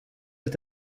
est